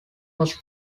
was